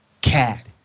cat